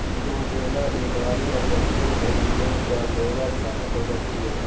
Nosema बीमारी मधुमक्खियों के लिए जानलेवा साबित हो सकती है